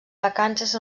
vacances